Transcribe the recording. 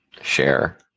Share